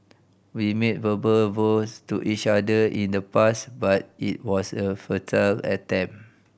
we made verbal vows to each other in the past but it was a futile attempt